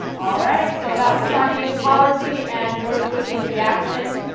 all right so that was connie is apology and george bush's reaction